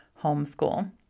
homeschool